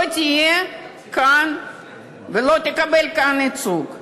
לא תהיה כאן ולא תקבל כאן ייצוג.